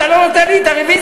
אתה לא נותן לי את הרוויזיה,